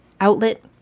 outlet